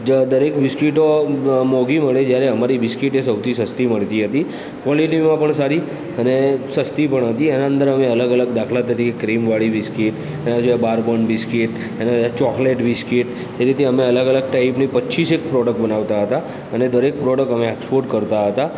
જ દરેક બિસ્કીટો બ મોંઘી મળે જ્યારે અમારી બિસ્કીટ એ સૌથી સસ્તી મળતી હતી ક્વોલિટીમાં પણ સારી અને સસ્તી પણ હતી એના અંદર અમે અલગ અલગ દાખલા તરીકે ક્રીમવાળી બિસ્કીટ અને બારબોર્ન બિસ્કીટ અને ચોકલેટ બિસ્કીટ એ રીતે અમે અલગ અલગ ટાઈપની પચ્ચીસેક પ્રોડક્ટ બનાવતા હતા અને દરેક પ્રોડક્ટ અમે એક્સપોર્ટ કરતા હતા